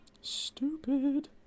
Stupid